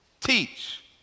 teach